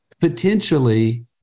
potentially